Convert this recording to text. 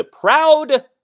proud